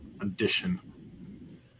addition